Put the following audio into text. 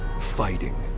fighting.